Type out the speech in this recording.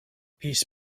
peace